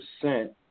percent